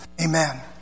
Amen